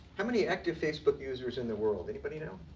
how many active facebook users in the world? anybody know?